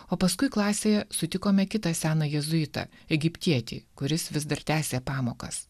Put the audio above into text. o paskui klasėje sutikome kitą seną jėzuitą egiptietį kuris vis dar tęsė pamokas